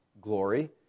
glory